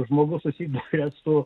žmogus susiduria su